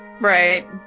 Right